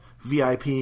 VIP